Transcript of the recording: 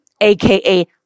aka